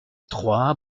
trois